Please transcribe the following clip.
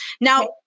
Now